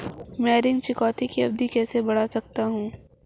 मैं ऋण चुकौती की अवधि कैसे बढ़ा सकता हूं?